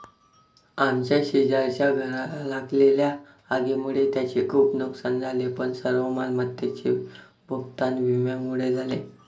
आमच्या शेजारच्या घराला लागलेल्या आगीमुळे त्यांचे खूप नुकसान झाले पण सर्व मालमत्तेचे भूगतान विम्यामुळे झाले